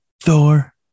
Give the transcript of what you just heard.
thor